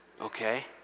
okay